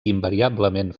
invariablement